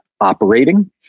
operating